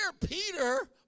Peter